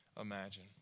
imagine